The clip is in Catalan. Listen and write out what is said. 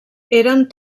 eren